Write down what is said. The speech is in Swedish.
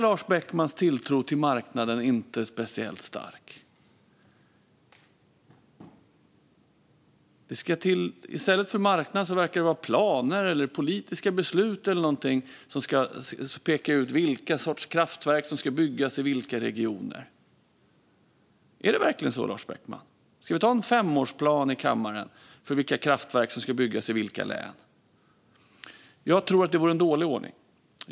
Lars Beckmans tilltro till marknaden verkar inte speciellt stark. I stället för marknad verkar han vilja ha planer eller politiska beslut som ska peka ut vilka sorters kraftverk som ska byggas i vilka regioner. Är det verkligen så, Lars Beckman? Ska vi anta en femårsplan i kammaren för vilka kraftverk som ska byggas i vilka län? Jag tror att det vore en dålig ordning.